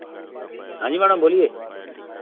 हाँ जी मैडम बोलिए